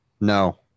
No